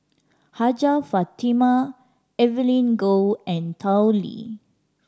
Hajjah Fatimah Evelyn Goh and Tao Li